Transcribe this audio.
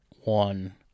one